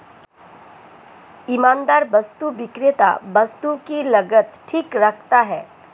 ईमानदार वस्तु विक्रेता वस्तु की लागत ठीक रखता है